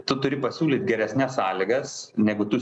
tu turi pasiūlyt geresnes sąlygas negu tu